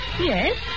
Yes